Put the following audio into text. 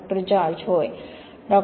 डॉ George हो डॉ